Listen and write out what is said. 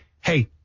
hey